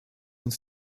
uns